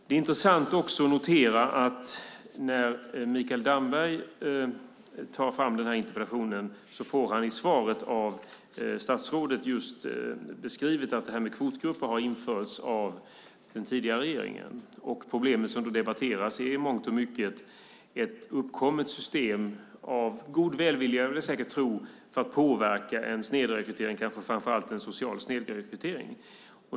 Det är intressant att notera att statsrådet i sitt svar på Mikael Dambergs interpellation beskriver att kvotgrupper har införts av den tidigare regeringen. Det problem som debatteras är ett system som i mångt och mycket kommit till av en vilja att påverka en social snedrekrytering.